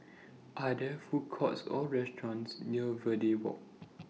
Are There Food Courts Or restaurants near Verde Walk